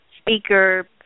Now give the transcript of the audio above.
speaker